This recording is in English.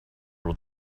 what